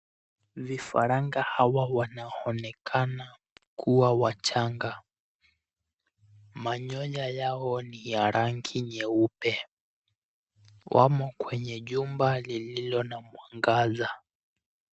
Vifaranga hawa wanonekana kuwa wachanga, manyoya yao ni ya rangi nyeupe. Wamo kwenye jumba lililo na mwangaza.